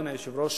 אדוני היושב-ראש,